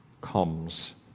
comes